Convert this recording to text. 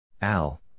Al